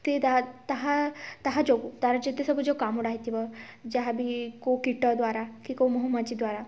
ତେ ତାହା ତାହା ତାହା ଯୋଗୁଁ ତା'ର ଯେତେ ସବୁ ଯୋ କାମୁଡ଼ା ହୋଇଥିବ ଯାହାବି କେଉଁ କୀଟ ଦ୍ଵାରା କି କେଉଁ ମହୁମାଛି ଦ୍ଵାରା